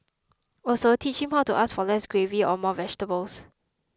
also teach him how to ask for less gravy or more vegetables